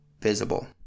visible